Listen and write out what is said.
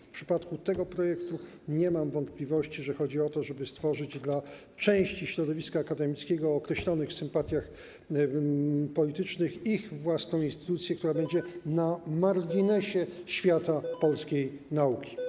W przypadku tego projektu nie mam wątpliwości, że chodzi o to, żeby stworzyć dla części środowiska akademickiego o określonych sympatiach politycznych ich własną instytucję, która będzie na marginesie świata polskiej nauki.